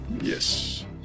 Yes